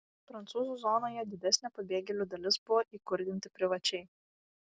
prancūzų zonoje didesnė pabėgėlių dalis buvo įkurdinti privačiai